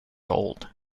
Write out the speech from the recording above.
old